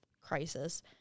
crisis